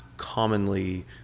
commonly